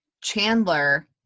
chandler